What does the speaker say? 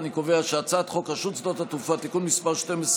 אני קובע שהצעת חוק רשות שדות התעופה (תיקון מס' 12,